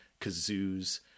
kazoos